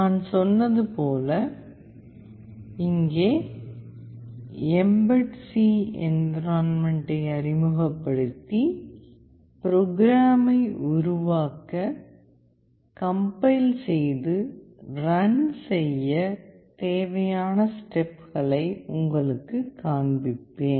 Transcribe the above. நான் சொன்னது போல் நான் எம்பெட் சீ என்விரான்மென்ட்டை அறிமுகப்படுத்துவேன் ப்ரோக்ராமை உருவாக்க கம்பைல் செய்து ரன் செய்ய தேவையான ஸ்டெப்களை உங்களுக்குக் காண்பிப்பேன்